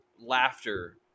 laughter